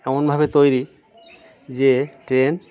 এমনভাবে তৈরি যে ট্রেন